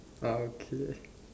uh okay